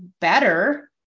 better